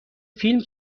فیلم